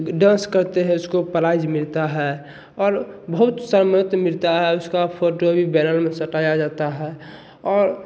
dance करते हैं उसको प्राइज मिलता है और बहुत मिलता है उसका फोटो भी बैनर में छपाया जाता है और